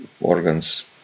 organs